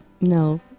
no